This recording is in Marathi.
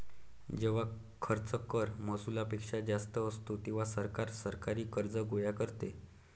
जेव्हा खर्च कर महसुलापेक्षा जास्त असतो, तेव्हा सरकार सरकारी कर्ज गोळा करते